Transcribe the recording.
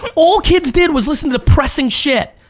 but all kids did was listen to depressing shit.